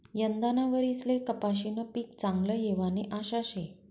यंदाना वरीसले कपाशीनं पीक चांगलं येवानी आशा शे